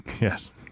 Yes